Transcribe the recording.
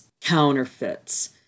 counterfeits